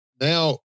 now